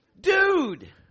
Dude